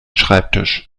schreibtisch